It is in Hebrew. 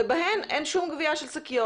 ובהן אין שום גביה של שקיות.